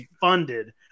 funded